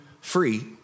free